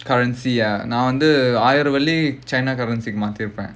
currency ah நான் வந்து ஆயிரம் வெள்ளி:naan vandhu aayiram velli china currency மாத்திருப்பேன்:maathiruppaen